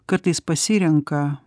kartais pasirenka